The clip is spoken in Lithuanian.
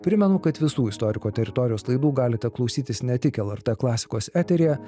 primenu kad visų istoriko teritorijos laidų galite klausytis ne tik lrt klasikos eteryje